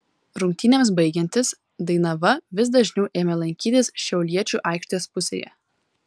rungtynėms baigiantis dainava vis dažniau ėmė lankytis šiauliečių aikštės pusėje